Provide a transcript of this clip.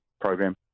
program